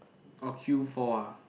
orh queue for ah